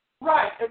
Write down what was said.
Right